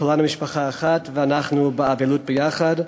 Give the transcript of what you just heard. כולנו משפחה אחת ואנחנו באבלות יחד.